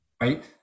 right